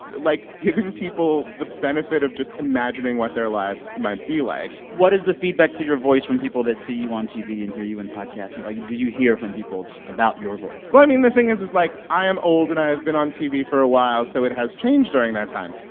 like, given people the benefit of just imagining what their lives might be like what is the feedback to your voice from people that see you on tv and hear you in podcasts? like, do you hear from people about your voice? well, i mean, the thing is, like, i am old and i have been on tv for a while, so it has changed during that time.